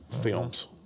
films